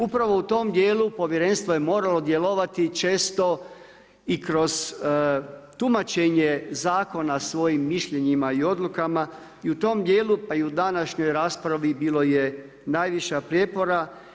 Upravo u tom dijelu povjerenstvo je moralo djelovati često i kroz tumačenje zakona svojim mišljenjima i odlukama i u tom dijelu, pa i u današnjoj raspravi bilo je najviše prijepora.